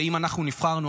ואם אנחנו נבחרנו,